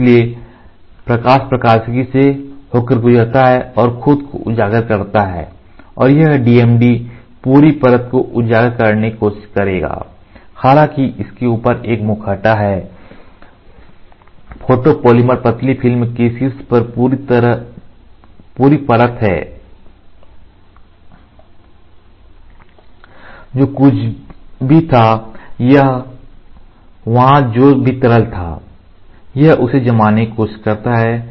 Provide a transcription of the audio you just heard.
इसलिए प्रकाश प्रकाशिकी से होकर गुजरता है और खुद को उजागर करता है और यह DMD पूरी परत को उजागर करने की कोशिश करेगा हालांकि इसके ऊपर एक मुखौटा है फोटोपॉलीमर पतली फिल्म के शीर्ष पर पूरी परत है जो कुछ भी था या वहाँ जो भी तरल था यह इसे जमाने की कोशिश करता है